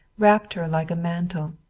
wrapped her like a mantle.